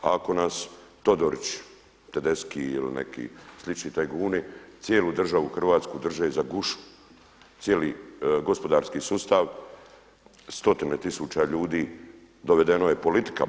A ako nas Todorić, Tedesci ili neki slični tajkuni cijelu državu Hrvatsku drže za gušu, cijeli gospodarski sustav, stotine tisuća ljudi dovedeno je politikama.